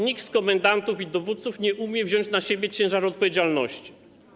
Nikt z komendantów i dowódców nie umie wziąć na siebie ciężaru odpowiedzialności.